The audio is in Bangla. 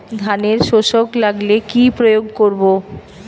ধানের শোষক লাগলে কি প্রয়োগ করব?